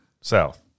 South